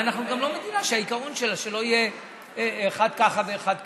ואנחנו גם מדינה שהעיקרון שלה שלא יהיה אחד ככה ואחד ככה.